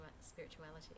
spirituality